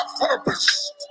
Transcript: purpose